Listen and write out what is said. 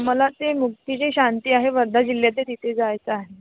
मला ते मुक्ती जी शांती आहे वर्धा जिल्ह्यात तिथे जायचं आहे